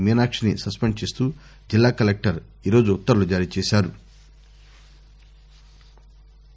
మీనాక్షిని suspend చేస్తూ జిల్లా collector ఈ రోజు ఉత్తర్వులు జారీ చేశారు